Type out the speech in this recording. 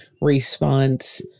response